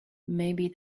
maybe